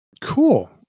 Cool